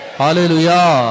hallelujah